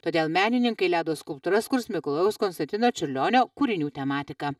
todėl menininkai ledo skulptūras kurs mikalojaus konstantino čiurlionio kūrinių tematika